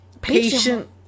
Patient